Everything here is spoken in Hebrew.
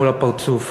מול הפרצוף.